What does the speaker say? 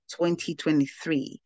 2023